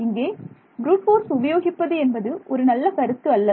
இங்கே brute force உபயோகிப்பது என்பது ஒரு நல்ல கருத்து அல்ல